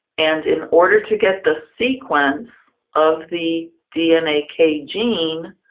and in order to get the sequence of the dna k gene,